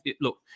look